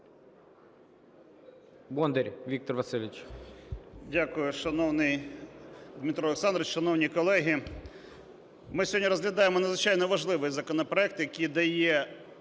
Бондар Віктор Василович.